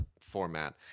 format